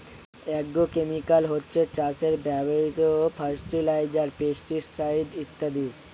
agrochemical হচ্ছে চাষে ব্যবহৃত ফার্টিলাইজার, পেস্টিসাইড ইত্যাদি